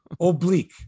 Oblique